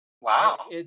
Wow